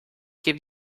give